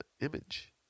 image